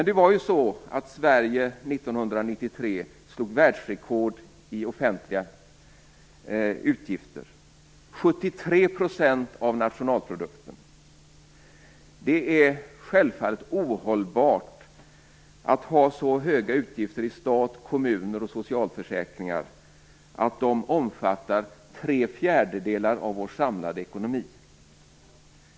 Sverige slog 1993 världsrekord i offentliga utgifter - 73 % av nationalprodukten. Det är självklart ohållbart att ha så höga utgifter i stat, kommuner och socialförsäkringar att de omfattar tre fjärdedelar av vår samlade ekonomi.